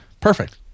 Perfect